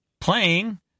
playing